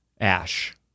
Ash